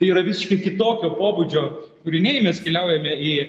tai yra visiškai kitokio pobūdžio kūriniai mes keliaujame į